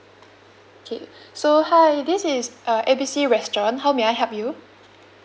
okay so hi this is uh A B C restaurant how may I help you